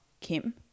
Kim